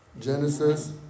Genesis